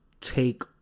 take